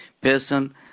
person